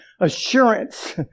assurance